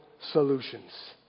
solutions